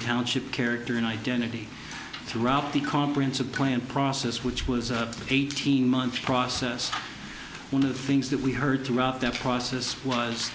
township character and identity throughout the comprehensive plan process which was a eighteen month process one of the things that we heard throughout that process was